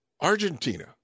Argentina